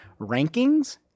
rankings